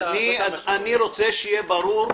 אני רוצה שיהיה ברור.